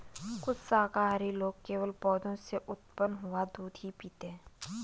कुछ शाकाहारी लोग केवल पौधों से उत्पन्न हुआ दूध ही पीते हैं